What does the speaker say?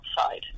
outside